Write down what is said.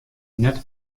net